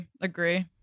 agree